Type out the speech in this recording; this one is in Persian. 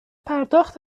پرداخت